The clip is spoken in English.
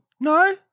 No